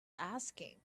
asking